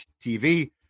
TV